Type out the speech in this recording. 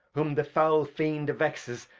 whom the foul fiend vexes.